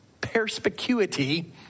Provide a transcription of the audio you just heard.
perspicuity